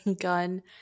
gun